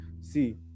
see